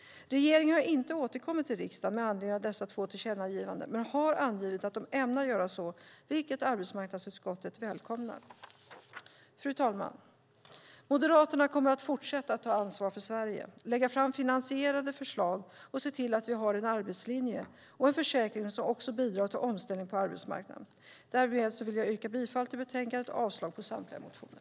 Regeringen har inte återkommit till riksdagen med anledning av dessa två tillkännagivanden men har angivit att man ämnar göra så, vilket arbetsmarknadsutskottet välkomnar. Fru talman! Moderaterna kommer att fortsätta ta ansvar för Sverige, lägga fram finansierade förslag och se till att vi har en arbetslinje och en försäkring som också bidrar till omställning på arbetsmarknaden. Därmed vill jag yrka bifall till förslaget i betänkandet och avslag på samtliga motioner.